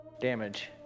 damage